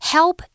Help